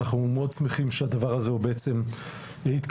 אנחנו מאוד שמחים שהדבר הזה הוא בעצם התקדמות